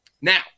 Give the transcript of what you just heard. Now